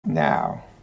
Now